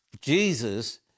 Jesus